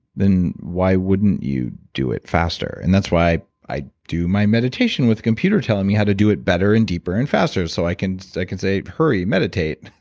then why wouldn't you do it faster? and that's why i do my meditation with a computer telling me how to do it better, and deeper, and faster, so i can i can say, hurry, meditate,